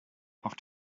auf